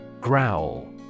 Growl